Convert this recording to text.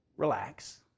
Relax